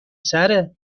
سره